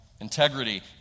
Integrity